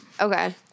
Okay